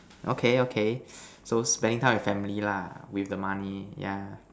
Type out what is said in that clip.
okay okay so spending time with family lah with the money yeah